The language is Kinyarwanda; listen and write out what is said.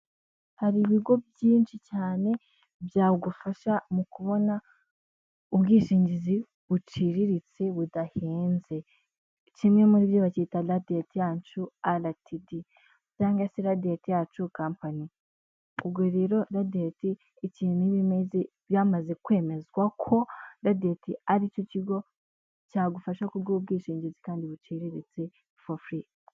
Hari ibigo byinshi cyane byagufasha mu kubona ubwishingizi buciriritse budahenze. Kimwe muri byo bacyita radiyati yacu aratidi, cyangwa se radiyati yacu kapani. Ubwo rero radiyati ikintu iba imaze, byamaze kwemezwa ko radiyati ari cyo kigo cyagufasha kuguha ubwishingizi kandi buciriritse forufuri.